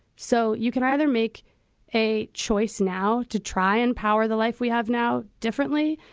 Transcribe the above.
so you can either make a choice now to try and power the life we have now differently.